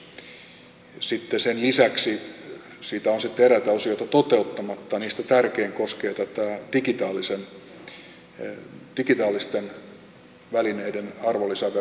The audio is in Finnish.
sitten sen lisäksi siitä on eräitä osioita toteuttamatta ja niistä tärkein koskee tätä digitaalisten välineiden arvonlisäveron laskua